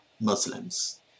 Muslims